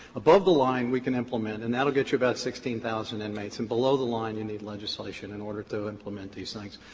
above the line we can implement, and that will get you about sixteen thousand inmates and below the line you need legislation in order to implement these things.